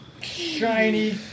Shiny